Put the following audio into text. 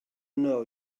know